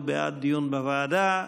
הוא בעד דיון בוועדה,